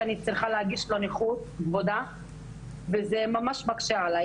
שאני צריכה להגיש לו נכות וזה ממש מקשה עליי,